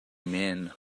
men